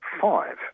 five